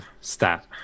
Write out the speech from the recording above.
stat